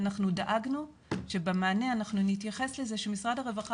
אנחנו דאגנו שבמענה אנחנו נתייחס לזה שמשרד הרווחה